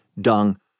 dung